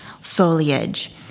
foliage